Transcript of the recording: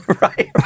right